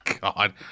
God